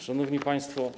Szanowni Państwo!